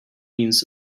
means